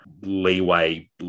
leeway